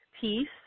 peace